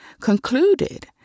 concluded